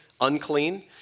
unclean